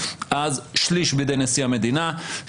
אז שליש בידי נשיא המדינה,